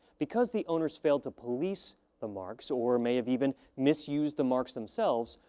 because the owners failed to police the marks, or may have even misused the marks themselves,